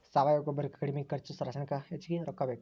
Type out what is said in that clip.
ಸಾವಯುವ ಗೊಬ್ಬರಕ್ಕ ಕಡಮಿ ಖರ್ಚು ರಸಾಯನಿಕಕ್ಕ ಹೆಚಗಿ ರೊಕ್ಕಾ ಬೇಕ